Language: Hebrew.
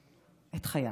את חייהם.